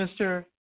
Mr